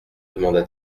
demanda